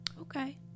Okay